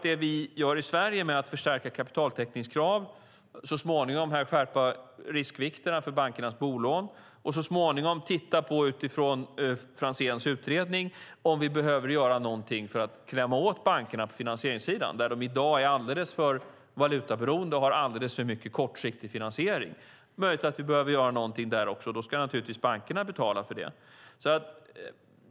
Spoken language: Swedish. Det vi gör i Sverige i dag är att förstärka kapitaltäckningskraven, så småningom skärpa riskvikterna för bankernas bolån och, utifrån Franzéns utredning, titta på om vi behöver göra någonting för att klämma åt bankerna på finansieringssidan där de i dag är alldeles för valutaberoende och har alldeles för mycket kortsiktig finansiering. Det är möjligt att vi behöver göra någonting där också, och då ska naturligtvis bankerna betala för det.